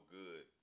good